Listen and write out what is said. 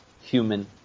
human